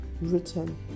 written